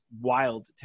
wild